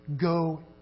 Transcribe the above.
go